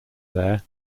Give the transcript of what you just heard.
there